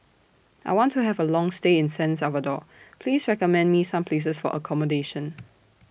I want to Have A Long stay in San Salvador Please recommend Me Some Places For accommodation